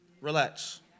relax